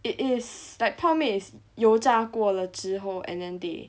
it is like 泡面 is 油炸过了之后 and then they